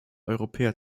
europäer